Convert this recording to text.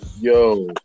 yo